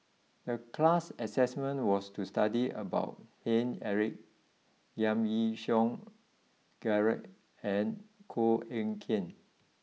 the class assignment was to study about Paine Eric Giam Yean Song Gerald and Koh Eng Kian